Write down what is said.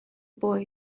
boy